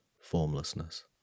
formlessness